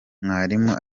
mwarimu